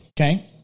okay